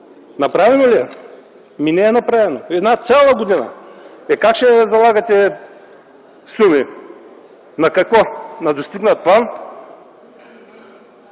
Направено ли е? Не е направено! Една цяла година! Как ще залагате суми? На какво? – На достигнат план?